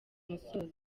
musozo